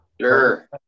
Sure